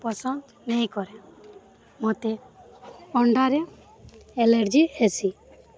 ପସନ୍ଦ ନେଇଁ କରେ ମୋତେ ଅଣ୍ଡାରେ ଆଲର୍ଜି ହେସି